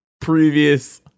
previous